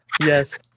yes